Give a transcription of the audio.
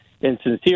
insincere